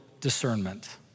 discernment